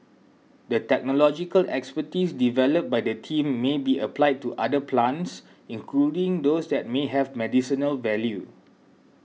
the technological expertise developed by the team may be applied to other plants including those that may have medicinal value